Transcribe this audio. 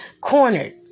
cornered